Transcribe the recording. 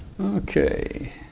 okay